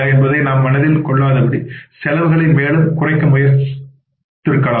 என்பதை நாம் மனதில் கொள்ளாதபடி செலவுகளை மேலும் குறைக்க முயற்சித்திருக்கலாம்